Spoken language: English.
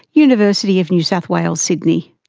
university of new south wales, sydney.